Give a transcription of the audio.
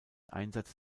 einsatz